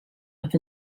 with